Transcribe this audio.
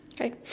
Okay